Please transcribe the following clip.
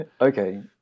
Okay